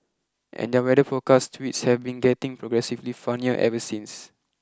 and their weather forecast tweets have been getting progressively funnier ever since